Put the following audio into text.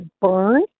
burn